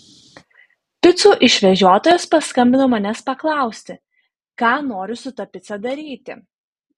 picų išvežiotojas paskambino manęs paklausti ką noriu su ta pica daryti